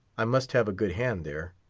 i must have a good hand there.